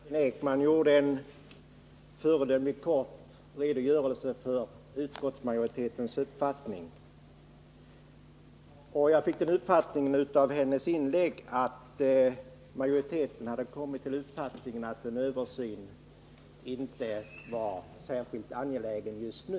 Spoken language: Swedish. Fru talman! Kerstin Ekman lämnade en föredömligt kort redogörelse för utskottsmajoritetens ståndpunkt. Jag fick av hennes inlägg intrycket att majoriteten hade kommit till uppfattningen att en översyn inte var särskilt angelägen just nu.